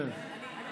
מספיק.